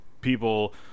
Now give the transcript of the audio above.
people